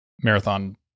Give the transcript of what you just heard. marathon